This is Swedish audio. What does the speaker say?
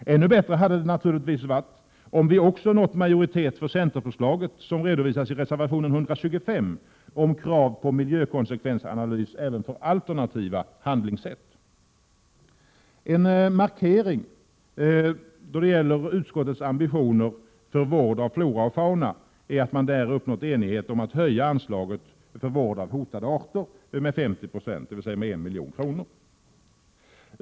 Ännu bättre hade det varit om vi också nått majoritet för centerförslaget, som redovisas i reservation 125, om krav på miljökonsekvensanalys även av alternativa handlingssätt. En markering då det gäller utskottets ambitioner för vård av flora och fauna är att man där uppnått enighet om att höja anslaget för vård av hotade arter med 50 90, dvs. med 1 milj.kr.